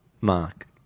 Mark